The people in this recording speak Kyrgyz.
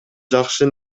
жакшы